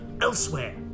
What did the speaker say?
elsewhere